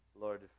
Lord